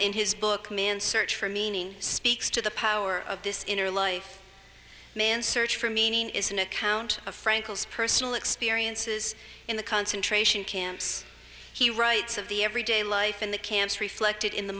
in his book man's search for meaning speaks to the power of this inner life man's search for meaning is an account of frankel's personal experiences in the concentration camps he writes of the every day life in the camps reflected in the